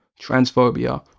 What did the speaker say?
transphobia